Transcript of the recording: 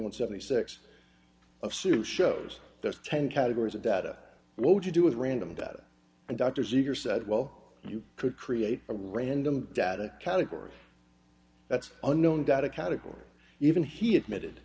and seventy six of su shows those ten categories of data what would you do with random data and doctors either said well you could create a random data category that's unknown data category even he admitted